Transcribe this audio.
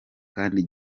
kandi